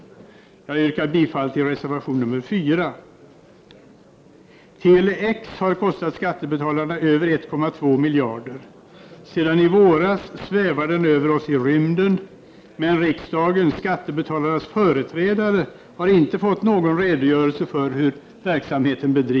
Jag yrkar bifall till reservation nr 4. Tele-X har kostat skattebetalarna över 1,2 miljarder. Sedan i våras svävar den över oss i rymden, men riksdagen, skattebetalarnas företrädare, har inte Prot. 1989/90:46 fått någon redogörelse för hur verksamheten bedrivs.